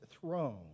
throne